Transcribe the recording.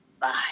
Bye